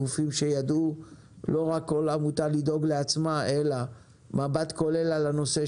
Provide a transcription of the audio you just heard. גופים שידעו לא רק כל עמותה לדאוג לעצמה אלא מבט כולל על הנושא,